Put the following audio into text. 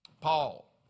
Paul